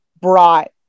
brought